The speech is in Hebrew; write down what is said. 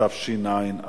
התשע"א